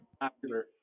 popular